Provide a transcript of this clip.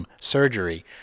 surgery